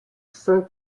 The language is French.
sint